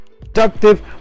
productive